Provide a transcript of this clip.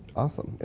awesome.